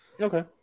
Okay